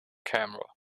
camera